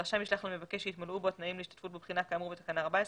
הרשם ישלח למבקש שהתמלאו בו התנאים להשתתפות בבחינה כאמור בתקנה 14,